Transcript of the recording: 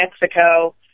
Mexico